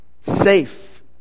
safe